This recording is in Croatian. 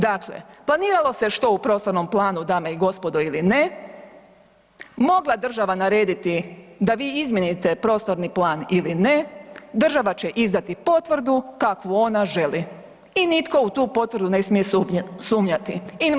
Dakle, planiralo se što u prostornom planu dame i gospodo ili ne, mogla je država narediti da vi izmijenite prostorni plan ili ne, država će izdati potvrdu kakvu ona želi i nitko u tu potvrdu ne smije sumnjati.